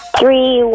three